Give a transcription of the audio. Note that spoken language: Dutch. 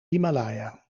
himalaya